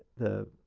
the,